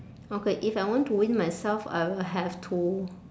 okay if I want to win myself I will have to